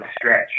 stretch